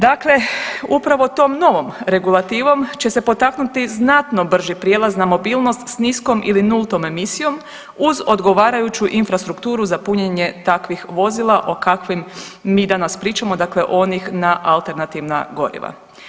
Dakle, upravo tom novom regulativom će se potaknuti znatno brži prijelaz na mobilnost s niskom ili nultom emisijom uz odgovarajuću infrastrukturu za punjenje takvih vozila o kakvim mi danas pričamo, dakle onih na alternativna goriva.